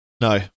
No